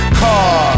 car